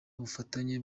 ubufatanye